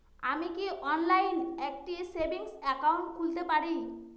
আমি কি অনলাইন একটি সেভিংস একাউন্ট খুলতে পারি?